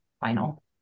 final